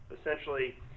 essentially